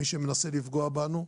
מי שמנסה לפגוע בנו,